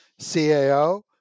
cao